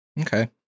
okay